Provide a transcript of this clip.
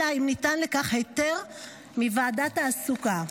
אלא אם ניתן לכך היתר מוועדת תעסוקה.